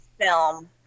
film